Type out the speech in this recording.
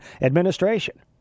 administration